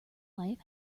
life